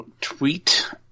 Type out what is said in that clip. Tweet